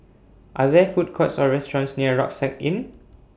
Are There Food Courts Or restaurants near Rucksack Inn